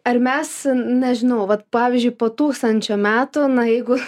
ar mes nežinau vat pavyzdžiui po tūkstančio metų na jeigu